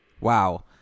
wow